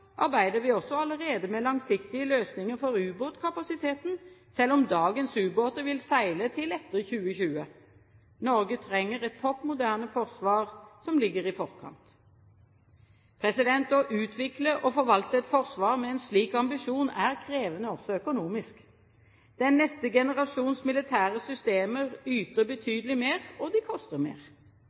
arbeider vi også allerede med langsiktige løsninger for ubåtkapasiteten, selv om dagens ubåter vil seile til etter 2020. Norge trenger et topp moderne forsvar som ligger i forkant. Å utvikle og forvalte et forsvar med en slik ambisjon er krevende – også økonomisk. Den neste generasjons militære systemer yter betydelig mer, og de koster mer.